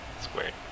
squared